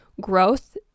growth